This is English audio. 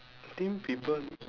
I think people